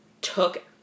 took